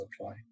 apply